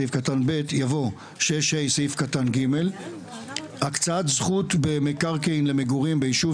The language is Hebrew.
סעיף קטן (ב) יבוא: "6ה(ג) הקצאת זכות במקרקעין למגורים ביישוב